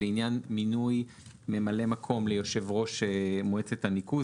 לעניין מינוי ממלא מקום ליושב ראש מועצת הניקוז.